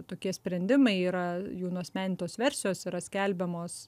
tokie sprendimai yra jų nuasmenintos versijos yra skelbiamos